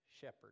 shepherd